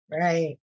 right